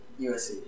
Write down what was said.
USC